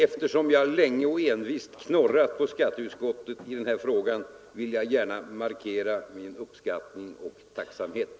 Eftersom jag länge och envist knorrat på skatteutskottet i denna fråga, vill jag gärna markera min uppskattning och tacksamhet.